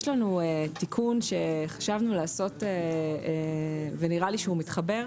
יש לנו תיקון שחשבנו לעשות ונראה לי שהוא מתחבר,